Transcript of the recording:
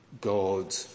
God